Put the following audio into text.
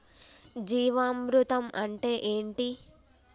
జీవామృతం అంటే ఏంటి?